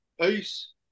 Peace